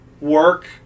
work